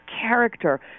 character